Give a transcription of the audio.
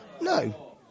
No